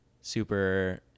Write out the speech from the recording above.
Super